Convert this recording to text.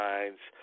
Minds